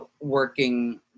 working